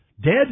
Dead